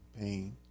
pain